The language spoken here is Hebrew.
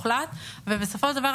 סגן יו"ר הכנסת ואני לא אגיד לו "אדוני",